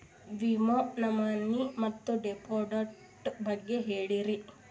ವಿಮಾ ನಾಮಿನಿ ಮತ್ತು ಡಿಪೆಂಡಂಟ ಬಗ್ಗೆ ಹೇಳರಿ?